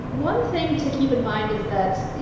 one thing to keep in mind is that,